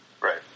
Right